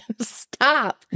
Stop